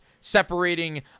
separating